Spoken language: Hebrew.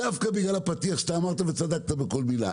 דווקא בגלל הפתיח שאמרת וצדקת בכל מילה.